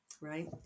Right